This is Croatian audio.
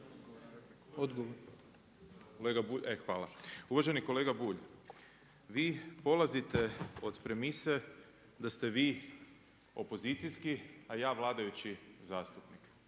(SDP)** Uvaženi kolega Bulj, vi polazite od premise da ste vi opozicijski a ja vladajući zastupnik.